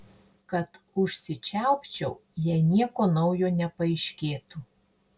kad užsičiaupčiau jei nieko naujo nepaaiškėtų